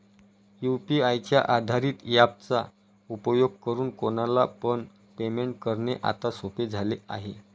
UPI च्या आधारित app चा उपयोग करून कोणाला पण पेमेंट करणे आता सोपे झाले आहे